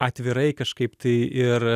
atvirai kažkaip tai ir